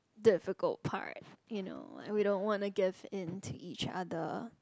difficult part you know like we don't want to give into each other